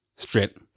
Straight